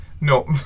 No